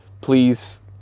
please